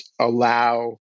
allow